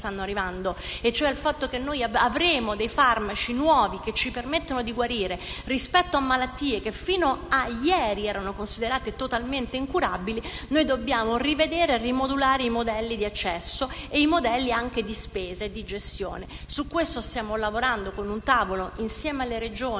cioè al fatto che avremo nuovi farmaci che ci permettono di guarire rispetto a malattie che fino a ieri erano considerate totalmente incurabili, noi dobbiamo rivedere e rimodulare i modelli di accesso, e anche di spesa e di gestione. Su questo stiamo lavorando in un tavolo insieme alle Regioni